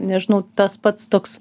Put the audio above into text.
nežinau tas pats toks